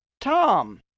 Tom